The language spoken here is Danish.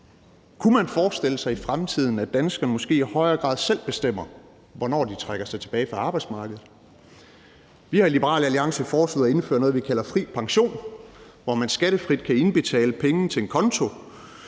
Kunne man forestille sig i fremtiden, at danskerne måske i højere grad selv bestemmer, hvornår de trækker sig tilbage fra arbejdsmarkedet? Vi har i Liberal Alliance foreslået at indføre noget, vi kalder fri pension, hvor man skattefrit kan indbetale penge til en konto,